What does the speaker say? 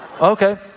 Okay